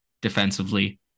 defensively